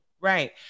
Right